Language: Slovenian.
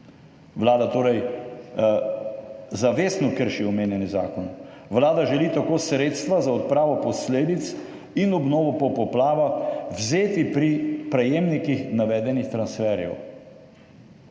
Vlada torej zavestno krši omenjeni zakon. Vlada želi tako sredstva za odpravo posledic in obnovo po poplavah vzeti pri prejemnikih navedenih transferjev.